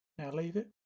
leave it